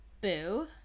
Boo